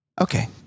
okay